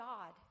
God